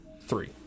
three